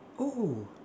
oh